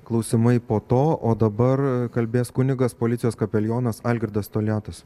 klausimai po to o dabar kalbės kunigas policijos kapelionas algirdas toliatas